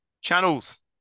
channels